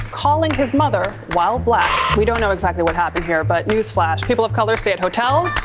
calling his mother while black. we don't know exactly what happened here but news flash, people of colour stay at hotels.